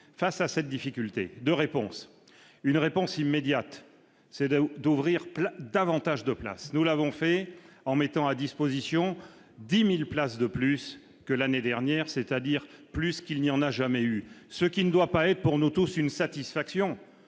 face à cette difficulté de réponse, une réponse immédiate ou d'ouvrir plein davantage de place, nous l'avons fait en mettant à disposition 10000 places de plus que l'année dernière, c'est-à-dire plus qu'il n'y en a jamais eu ce qui ne doit pas être pour nous tous une satisfaction,